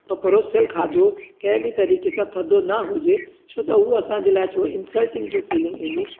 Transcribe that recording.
त परोसियल खाधो कंहिं बि तरीक़े सां थधो न हुजे छो त हू असांजे लाइ थोरो इंसल्टिंग जो फ़ीलिंग ईंदी